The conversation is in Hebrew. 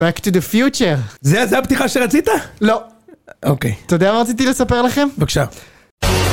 Back to the future זה, זה הפתיחה שרצית? לא אוקיי אתה יודע מה רציתי לספר לכם? בבקשה